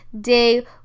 day